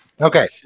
Okay